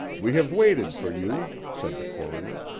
we have waited for you, said the coroner.